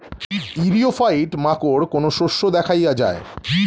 ইরিও ফাইট মাকোর কোন শস্য দেখাইয়া যায়?